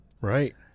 right